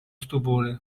stupore